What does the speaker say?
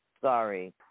Sorry